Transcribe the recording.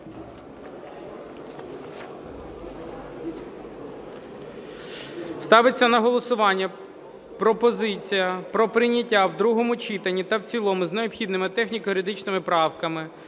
Ставиться на голосування пропозиція про прийняття в другому читанні та в цілому з необхідними техніко-юридичними правками